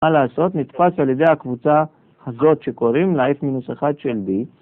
מה לעשות? נתפס על ידי הקבוצה הזאת שקוראים לה f-1 של b